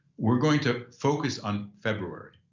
we're going to focus on february.